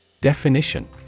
Definition